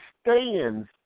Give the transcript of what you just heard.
stands